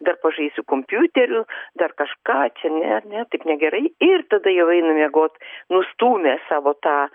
dar pažaisiu kompiuteriu dar kažką čia ne ne taip negerai ir tada jau eina miegot nustūmė savo tą